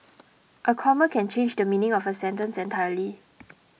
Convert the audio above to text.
a comma can change the meaning of a sentence entirely